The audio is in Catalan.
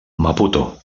maputo